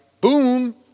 boom